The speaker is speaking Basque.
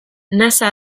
nasa